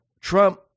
Trump